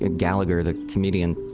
ah gallagher, the comedian,